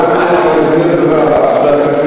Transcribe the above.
אנחנו מזמינים את הדובר הבא,